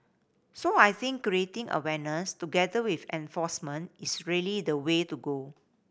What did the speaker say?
so I think creating awareness together with enforcement is really the way to go